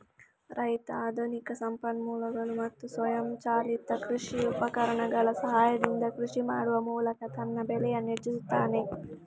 ರೈತ ಆಧುನಿಕ ಸಂಪನ್ಮೂಲಗಳು ಮತ್ತು ಸ್ವಯಂಚಾಲಿತ ಕೃಷಿ ಉಪಕರಣಗಳ ಸಹಾಯದಿಂದ ಕೃಷಿ ಮಾಡುವ ಮೂಲಕ ತನ್ನ ಬೆಳೆಯನ್ನು ಹೆಚ್ಚಿಸುತ್ತಾನೆ